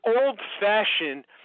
old-fashioned